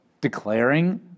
declaring